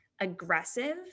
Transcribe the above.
aggressive